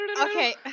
Okay